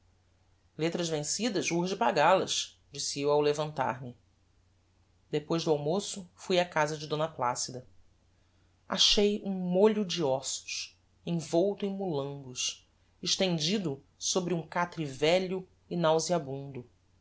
letras vencidas urge pagal as disse eu ao levantar-me depois do almoço fui á casa de d placida achei um mólho de ossos envolto em molambos estendido sobre um catre velho e